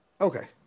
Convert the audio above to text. Okay